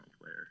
player